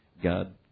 god